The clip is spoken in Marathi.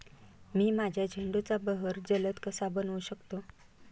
मी माझ्या झेंडूचा बहर जलद कसा बनवू शकतो?